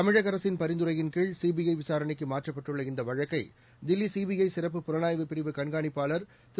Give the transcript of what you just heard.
தமிழக அரசின் பரிந்துரையின்கீழ் சிபிஐ விசாரணைக்கு மாற்றப்பட்டுள்ள இந்த வழக்கை தில்லி சிபிஐ சிறப்பு புலனாய்வுப் பிரிவு கண்காணிப்பாளர் திரு